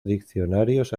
diccionarios